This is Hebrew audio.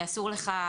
אסור לך,